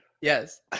yes